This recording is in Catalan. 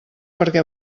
perquè